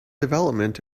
development